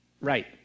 right